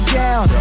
down